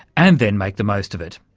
and then make the most of it,